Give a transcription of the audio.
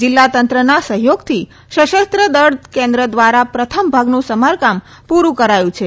જીલ્લા તંત્રના સહયોગથી સશન્ન દળ કેન્દ્ર ધ્વારા પ્રથમ ભાગનું સમારકામ પુરૂ કરાયું કરાશે